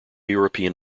european